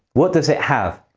what does it have?